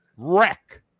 wreck